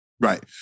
Right